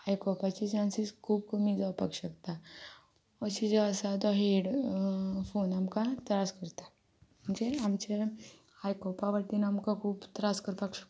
आयकोपाचे chances खूब कमी जावपाक शकता अशें जो आसा तो हेडफोन आमकां त्रास करता म्हणजे आमचे आयकोपा वटेन आमकां खूब त्रास करपाक शकता